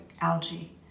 algae